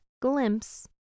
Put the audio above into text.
glimpse